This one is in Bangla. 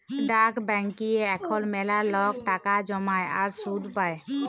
ডাক ব্যাংকিংয়ে এখল ম্যালা লক টাকা জ্যমায় আর সুদ পায়